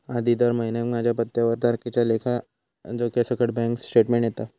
आधी दर महिन्याक माझ्या पत्त्यावर तारखेच्या लेखा जोख्यासकट बॅन्क स्टेटमेंट येता